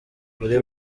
kuri